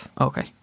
Okay